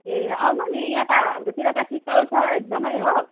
ए आउनु नि यहाँ त हाम्रोतिर त शीतल छ एकदमै हो